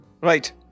Right